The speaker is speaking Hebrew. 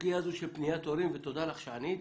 הסוגיה הזו של פניית הורים ותודה לך על שהתייחסת,